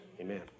Amen